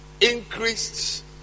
Increased